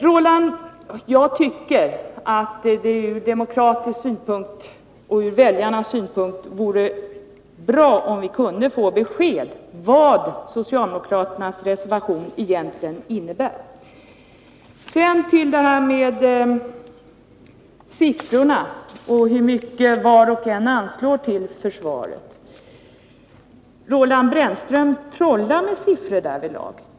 Jag tycker, Roland Brännström, att det ur demokratisk synpunkt och ur väljarnas synpunkt vore bra om vi kunde få besked om vad socialdemokraternas reservation egentligen innebär. När det gäller siffrorna och hur mycket de olika partierna anslår till försvaret vill jag säga att Roland Brännström trollar med siffror i det sammanhanget.